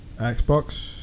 Xbox